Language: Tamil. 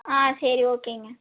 ஆ சரி ஓகேங்க